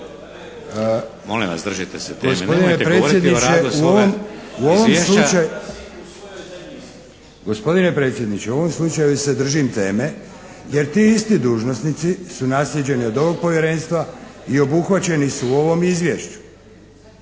Gospodine predsjedniče, u ovom slučaju se držim teme jer ti isti dužnosnici su naslijeđeni od ovog Povjerenstva i obuhvaćeni su u ovom Izvješću.